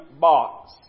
Box